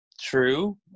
true